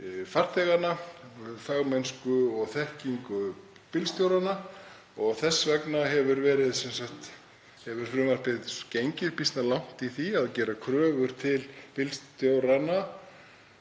farþeganna og á fagmennsku og þekkingu bílstjóranna. Þess vegna hefur frumvarpið gengið býsna langt í því að gera kröfur til bílstjóranna